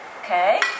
Okay